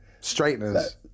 Straighteners